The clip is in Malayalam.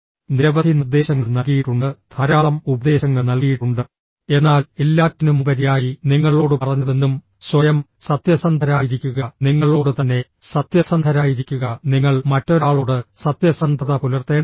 നിരവധി നിർദ്ദേശങ്ങൾ നൽകിയിട്ടുണ്ട് ധാരാളം ഉപദേശങ്ങൾ നൽകിയിട്ടുണ്ട് എന്നാൽ എല്ലാറ്റിനുമുപരിയായി നിങ്ങളോട് പറഞ്ഞതെന്തും സ്വയം സത്യസന്ധരായിരിക്കുക നിങ്ങളോട് തന്നെ സത്യസന്ധരായിരിക്കുക നിങ്ങൾ മറ്റൊരാളോട് സത്യസന്ധത പുലർത്തേണ്ടതില്ല